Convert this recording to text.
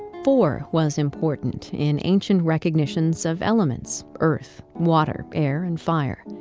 four was important in ancient recognitions of elements earth, water, air, and fire.